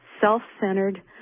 self-centered